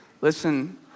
Listen